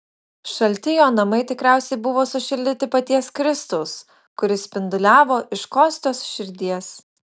šalti jo namai tikriausiai buvo sušildyti paties kristaus kuris spinduliavo iš kostios širdies